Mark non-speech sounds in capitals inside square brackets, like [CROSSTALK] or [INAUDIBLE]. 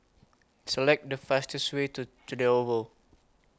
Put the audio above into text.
Select The fastest Way to [UNINTELLIGIBLE] Oval